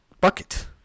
bucket